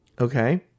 Okay